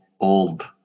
old